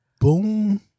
Boom